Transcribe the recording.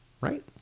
Right